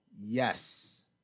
Yes